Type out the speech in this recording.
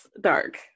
dark